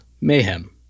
Mayhem